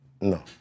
No